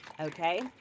Okay